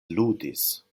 ludis